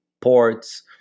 ports